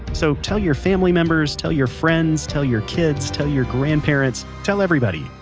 so tell your family members, tell your friends, tell your kids, tell your grandparents, tell everybody!